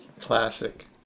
classic